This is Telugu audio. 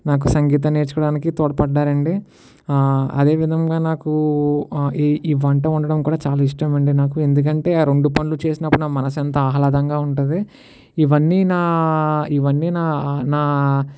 నాకు సంగీతం నేర్చుకోడానికి తోడ్పడ్డారు అండి అదేవిధంగా నాకు ఈ ఈ వంట వండడం కూడా చాలా ఇష్టం అండి నాకు ఎందుకంటే ఆ రెండు పనులు చేసినప్పుడు నా మనసు అంతా ఆహ్లాదంగా ఉంటుంది ఇవన్నీ నా ఇవన్నీ నా నా